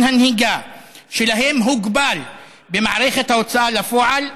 הנהיגה שלהם הוגבל במערכת ההוצאה לפועל,